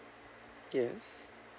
yes